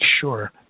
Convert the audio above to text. sure